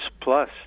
plus